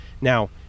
Now